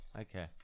Okay